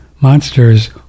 monsters